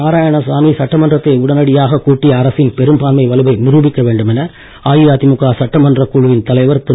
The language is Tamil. நாராயணசாமி சட்டமன்றத்தை உடனடியாக கூட்டி அரசின் பெரும்பான்மை வலுவை நிரூபிக்க வேண்டும் என அஇஅதிமுக சட்டமன்றக் குழுவின் தலைவர் திரு